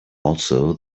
also